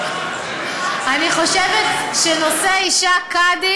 מזג האוויר, אני חושבת שנושא אישה קאדית